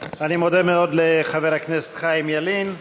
אני מודה מאוד לחבר הכנסת חיים ילין.